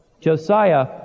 Josiah